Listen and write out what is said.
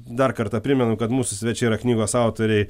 dar kartą primenu kad mūsų svečiai yra knygos autoriai